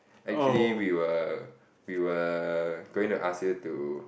actually we were we were going to ask you to